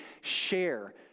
share